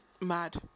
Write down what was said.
Mad